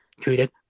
treated